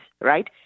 right